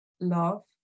love